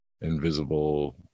invisible